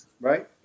Right